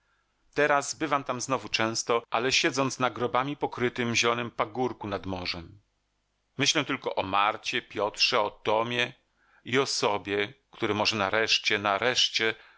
teraz bywam tam znowu często ale siedząc na grobami pokrytym zielonym pagórku nad morzem myślę tylko o marcie piotrze o tomie i o sobie który może nareszcie nareszcie